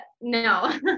No